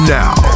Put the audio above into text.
now